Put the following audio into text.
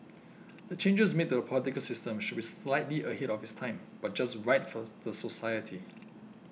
the changes made to the political system should be slightly ahead of its time but just right for the society